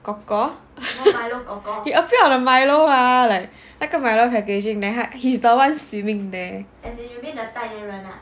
kor kor he appeared on the milo lah like 那个 milo packaging then 他 he's the one swimming there